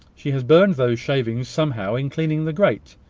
she has burned those shavings somehow in cleaning the grate.